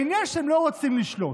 העניין הוא שאתם לא רוצים לשלוט.